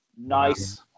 Nice